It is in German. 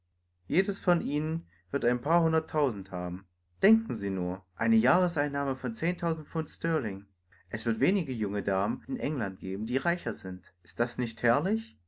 jeder von ihnen hat ein paar hunderttausender stellen sie sich das vor eine jahresrente von zehntausend pfund es gibt nur wenige frauen in england die reicher sind ist es nicht herrlich